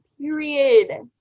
period